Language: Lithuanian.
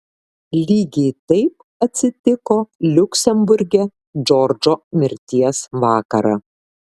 lygiai taip atsitiko liuksemburge džordžo mirties vakarą